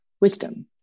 wisdom